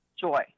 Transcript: joy